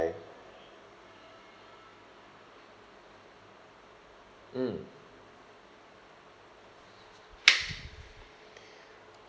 mm